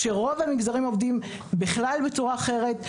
כשרוב המגזרים עובדים בכלל בצורה אחרת,